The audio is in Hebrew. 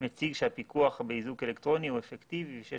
מציג שהפיקוח באיזוק אלקטרוני הוא אפקטיבי ושיש